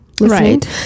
Right